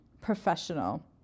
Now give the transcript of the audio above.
Professional